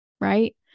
Right